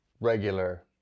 regular